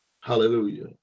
hallelujah